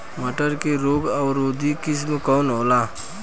मटर के रोग अवरोधी किस्म कौन होला?